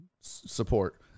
support